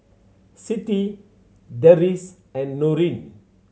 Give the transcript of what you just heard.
Siti Deris and Nurin